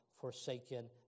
forsaken